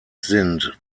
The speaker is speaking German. sind